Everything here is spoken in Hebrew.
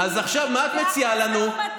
עכשיו מה את מציעה לנו?